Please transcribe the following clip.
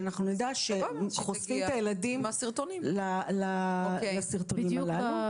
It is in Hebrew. שאנחנו נדע שחושפים את הילדים לסרטונים הללו.